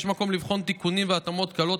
יש מקום לבחון תיקונים והתאמות קלות,